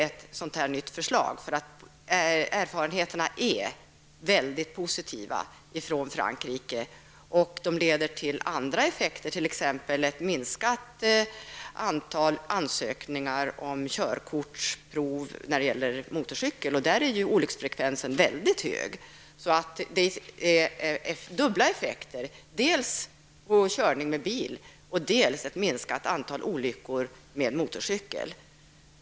Erfarenheterna från Frankrike är mycket positiva. Den här ordningen leder också till en annan effekt, nämligen till en minskning av antalet körkortsprov för motorcykel. För motorcyklar är olycksfrekvensen mycket hög. Det blir alltså dubbla effekter: dels för körning med bil, dels ett minskat antal motorcykelsolyckor.